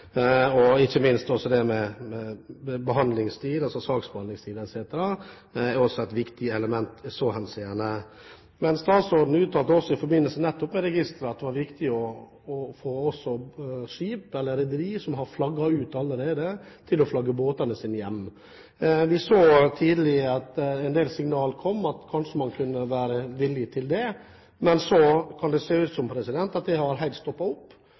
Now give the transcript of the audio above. og ikke minst behandlingstid – saksbehandlingstid etc. er også et viktig element i så henseende. Statsråden uttalte i forbindelse med registeret at det var viktig å få rederi som allerede hadde flagget ut, til å flagge båtene sine hjem. Vi så tidlig at en del signal kom, at man kanskje kunne være villig til det. Men nå kan det se ut som om det har stoppet helt opp. Særlig den siste tiden fikk vi den motsatte effekten, nemlig at rederiet til Fredriksen faktisk flagget de